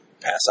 pass